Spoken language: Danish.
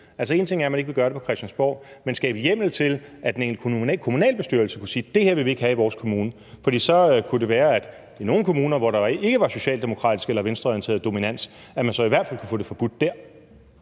en ting er, at man ikke vil gøre det på Christiansborg, en anden ting er at skabe hjemmel til, at en kommunalbestyrelse kan sige, at det vil de ikke have i deres kommune, for så kunne det være, at man i nogle kommuner, hvor der ikke er socialdemokratisk eller venstreorienteret dominans, i hvert fald kunne få det forbudt der.